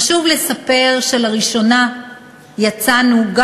חשוב לספר שלראשונה יצאנו,